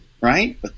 right